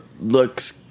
looks